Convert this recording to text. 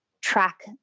track